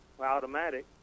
automatic